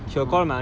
ஆமா:aamaa